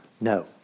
No